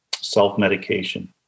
self-medication